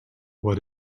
what